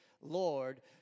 Lord